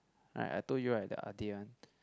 like I told you right the adik one